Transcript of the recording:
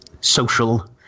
social